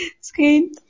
screen